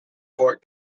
fort